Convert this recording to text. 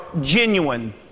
genuine